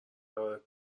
قرار